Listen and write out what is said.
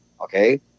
Okay